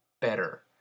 better